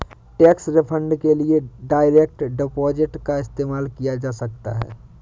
tax refund के लिए direct deposit का इस्तेमाल किया जा सकता हैं